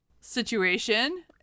situation